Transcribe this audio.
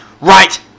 right